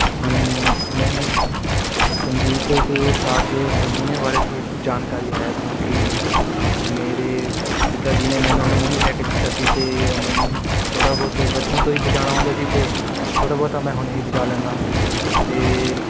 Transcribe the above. ਮੈਨੂੰ ਸੰਗੀਤ ਅਤੇ ਸਾਜ਼ ਹਾਰਮੋਨੀਅਮ ਬਾਰੇ ਥੋ ਜਾਣਕਾਰੀ ਹੈ ਕਿਉਂਕਿ ਮੇਰੇ ਪਿਤਾ ਜੀ ਨੇ ਮੈਨੂੰ ਹਾਰਮੋਨੀਅਮ ਲੈ ਕੇ ਦਿੱਤਾ ਸੀ ਅਤੇ ਉਹ ਮੈਨੂੰ ਥੋੜ੍ਹਾ ਬਹੁਤ ਬਚਪਨ ਤੋਂ ਹੀ ਵਜਾਉਣਾ ਆਉਂਦਾ ਸੀ ਅਤੇ ਥੋੜ੍ਹਾ ਬਹੁਤਾ ਮੈਂ ਹੁਣ ਹੀ ਵਜਾ ਲੈਂਦਾ ਹਾਂ ਅਤੇ